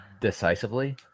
decisively